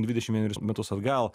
dvidešim vienerius metus atgal